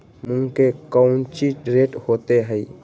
मूंग के कौची रेट होते हई?